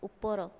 ଉପର